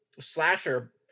slasher